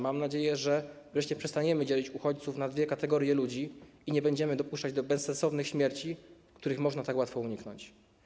Mam nadzieję, że wreszcie przestaniemy dzielić uchodźców na dwie kategorie ludzi i nie będziemy dopuszczać do bezsensownych śmierci, których można tak łatwo uniknąć.